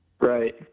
Right